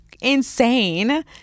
insane